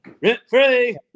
rent-free